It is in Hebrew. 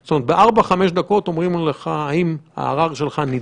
כי כלי השב"כ לא יכול